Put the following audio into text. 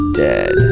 dead